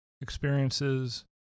experiences